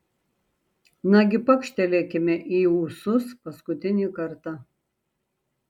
nagi pakštelėkime į ūsus paskutinį kartą